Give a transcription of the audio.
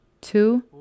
Two